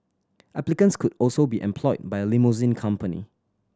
applicants could also be employed by a limousine company